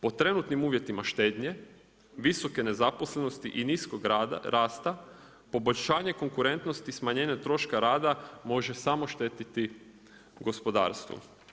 Po trenutnim uvjetima štednje visoke nezaposlenosti i niskog rasta, poboljšanje konkurentnosti smanjenja troška rada može samo štetiti gospodarstvu.